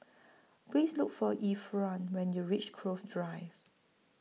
Please Look For Ephraim when YOU REACH Cove Drive